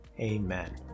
amen